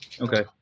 Okay